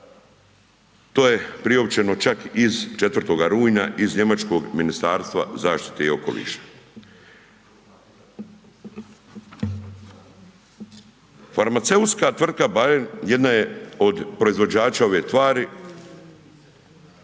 to je priopćeno čak iz 4. rujna iz njemačkog Ministarstva zaštite i okoliša. Farmaceutska tvrtka Bayer jedna je od proizvođača ove tvari,